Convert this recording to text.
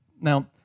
Now